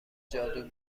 جادو